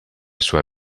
sua